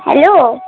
hello